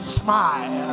smile